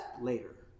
later